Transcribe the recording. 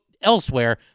elsewhere